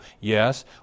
Yes